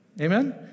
Amen